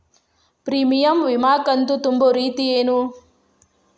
Premium ವಿಮಾ ಕಂತು ತುಂಬೋ ರೇತಿ ಏನು?